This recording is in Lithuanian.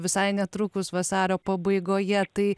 visai netrukus vasario pabaigoje tai